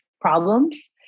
problems